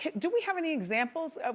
do we have any examples?